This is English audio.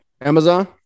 Amazon